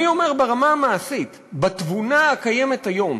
אני אומר, ברמה המעשית, בתבונה הקיימת היום